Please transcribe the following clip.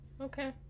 okay